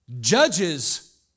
Judge's